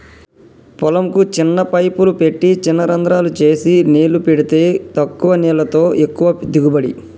పొలం కు చిన్న పైపులు పెట్టి చిన రంద్రాలు చేసి నీళ్లు పెడితే తక్కువ నీళ్లతో ఎక్కువ దిగుబడి